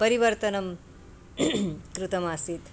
परिवर्तनं कृतमासीत्